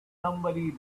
somebody